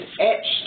etched